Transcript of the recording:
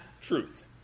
truth